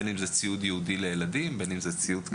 בין אם זה ציוד ייעודי לילדים ובין אם זה ציוד כללי,